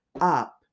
up